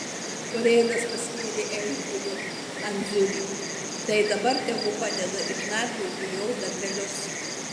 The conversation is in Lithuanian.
urėdas paskyrė eiguliu andziulį tai dabar tegu padeda išnarplioti jo darbelius